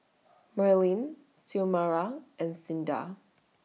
Merlyn Xiomara and Cinda